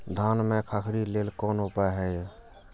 धान में खखरी लेल कोन उपाय हय?